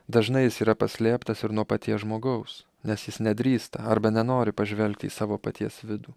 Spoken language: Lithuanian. dažnai jis yra paslėptas ir nuo paties žmogaus nes jis nedrįsta arba nenori pažvelgti į savo paties vidų